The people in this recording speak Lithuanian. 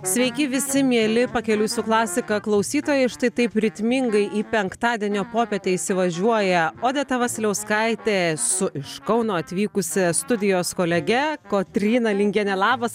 sveiki visi mieli pakeliui su klasika klausytojai štai taip ritmingai į penktadienio popietę įsivažiuoja odeta vasiliauskaitė su iš kauno atvykusia studijos kolege kotryna lingiene labas